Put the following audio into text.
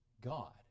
God